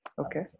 Okay